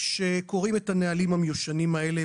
כשקוראים את הנהלים המיושנים האלה,